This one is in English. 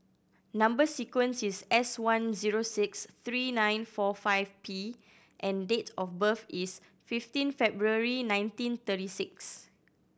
number sequence is S one zero six three nine four five P and date of birth is fifteen February nineteen thirty six